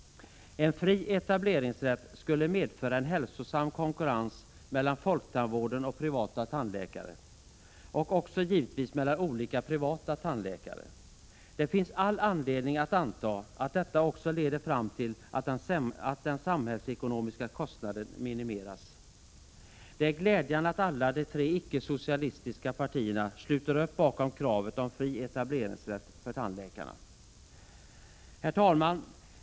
En fri etableringsrätt skulle medföra en hälsosam konkurrens mellan folktandvården och privata tandläkare och också givetvis mellan olika privata tandläkare. Det finns all anledning att anta att detta också leder fram till att den samhällsekonomiska kostnaden minimeras. Det är glädjande att alla de tre icke-socialistiska partierna sluter upp bakom kravet på fri etableringsrätt för tandläkarna. Herr talman!